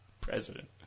President